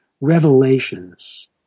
revelations